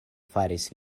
faris